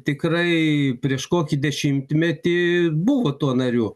tikrai prieš kokį dešimtmetį buvo tuo nariu